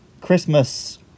Christmas